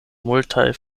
multaj